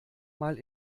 mal